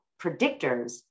predictors